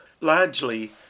Largely